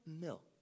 milk